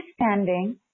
understanding